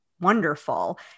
wonderful